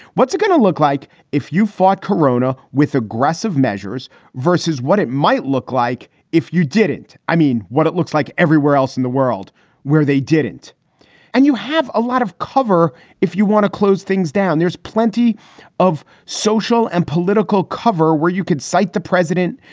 what's it gonna look like if you fought corona with aggressive measures versus what it might look like if you did it? i mean, what it looks like everywhere else in the world where they didn't and you have a lot of cover if you want to close things down. there's plenty of social and political cover where you could cite the president,